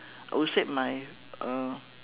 I would said my uh